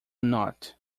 not